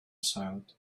silent